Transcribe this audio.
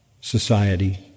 society